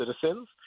citizens